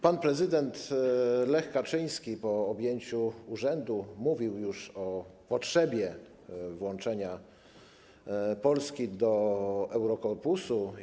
Pan prezydent Lecz Kaczyński po objęciu urzędu mówił o potrzebie włączenia Polski do Eurokorpusu.